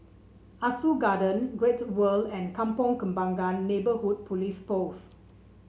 Ah Soo Garden Great World and Kampong Kembangan Neighbourhood Police Post